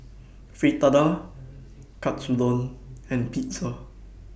Fritada Katsudon and Pizza